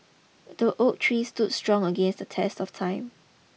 the oak tree stood strong against the test of time